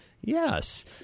Yes